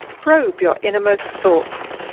probe your innermost thoughts?